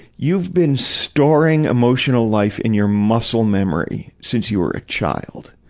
you've been storing emotional life in your muscle memory since you were a child.